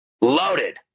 Loaded